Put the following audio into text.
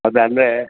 ಅದು ಅಂದರೆ